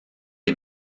des